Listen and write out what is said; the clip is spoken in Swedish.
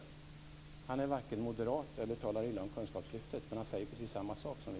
Björn Rosengren är varken moderat eller talar illa om kunskapslyftet, men han säger precis samma sak som vi.